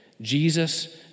Jesus